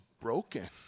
broken